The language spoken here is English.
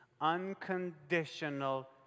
unconditional